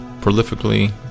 prolifically